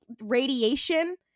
radiation